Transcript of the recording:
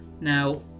Now